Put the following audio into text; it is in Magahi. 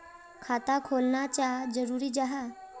खाता खोलना चाँ जरुरी जाहा?